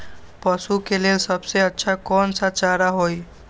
पशु के लेल सबसे अच्छा कौन सा चारा होई?